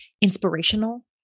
inspirational